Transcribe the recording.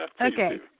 Okay